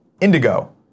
Indigo